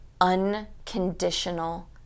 unconditional